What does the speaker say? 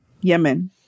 Yemen